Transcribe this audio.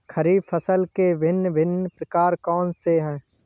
खरीब फसल के भिन भिन प्रकार कौन से हैं?